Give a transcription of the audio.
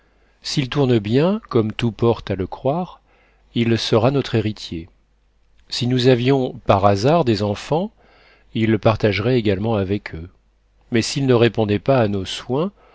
s'il tourne bien comme tout porte à le croire il sera notre héritier si nous avions par hasard des enfants il partagerait également avec eux mais s'il ne répondait pas à nos soins